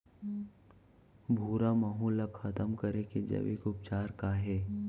भूरा माहो ला खतम करे के जैविक उपचार का हे?